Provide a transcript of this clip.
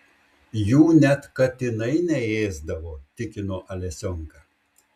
jų net katinai neėsdavo tikino alesionka